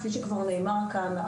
כפי שכבר נאמר כאן,